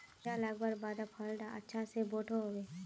कीड़ा लगवार बाद फल डा अच्छा से बोठो होबे?